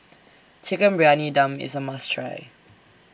Chicken Briyani Dum IS A must Try